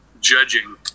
judging